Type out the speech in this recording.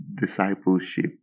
discipleship